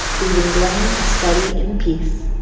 leaving blaine to study in peace.